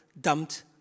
dumped